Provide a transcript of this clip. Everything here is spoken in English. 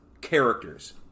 characters